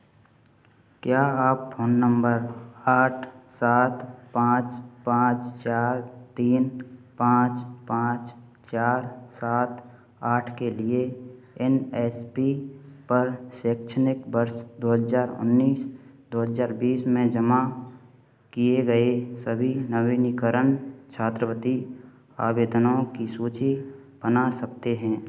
क्या आप phone number आठ सात पाँच पाँच चार तीन पाँच पाँच चार सात आठ के लिए एन एस पी शैक्षणिक वर्ष दो हजार उन्नीस दो हज़ार बीस में जमा किए गए सभी नवीनीकरण छात्रवृत्ति आवेदनों की सूची बना सकते हैं